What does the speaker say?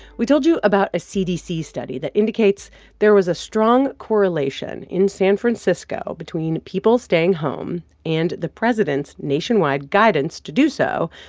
we told you about a cdc study that indicates there was a strong correlation in san francisco between people staying home and the president's nationwide guidance to do so,